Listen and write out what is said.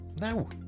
No